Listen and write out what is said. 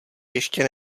ještě